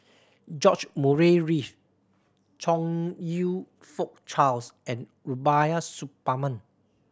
George Murray Reith Chong You Fook Charles and Rubiah Suparman